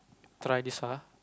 try this [huh]